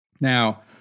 Now